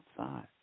outside